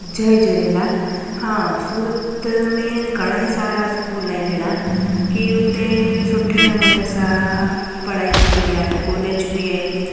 जय झूलेलाल हा सूरत में घणा ई सारा स्कूल आहिनि अहिड़ा की उते सुठे नमूने सां पढ़ाई थींदी आहे कॉलेज बि आहिनि